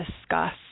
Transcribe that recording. discuss